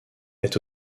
est